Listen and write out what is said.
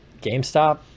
GameStop